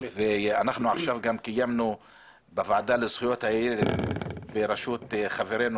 ושלך בוועדה, זה פשוט לראות את ההתקדמות,